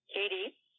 Katie